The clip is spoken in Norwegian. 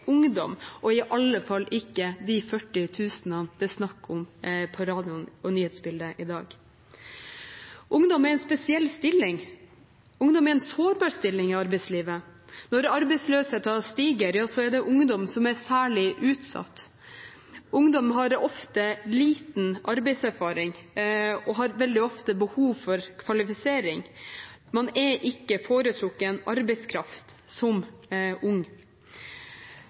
ungdom, og iallfall ikke de 40 000 det var snakk om på radioen og i nyhetsbildet i dag. Ungdom er i en spesiell stilling. Ungdom er i en sårbar stilling i arbeidslivet. Når arbeidsløsheten stiger, er det ungdom som er særlig utsatt. Ungdom har ofte liten arbeidserfaring og har veldig ofte behov for kvalifisering. Man er ikke foretrukket arbeidskraft som ung.